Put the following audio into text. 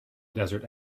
desert